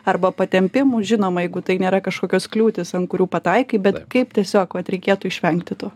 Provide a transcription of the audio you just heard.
arba patempimų žinoma jeigu tai nėra kažkokios kliūtys ant kurių pataikai bet kaip tiesiog vat reikėtų išvengti tų